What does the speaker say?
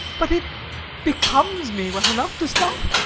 but it becomes me well enough, does't not?